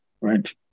right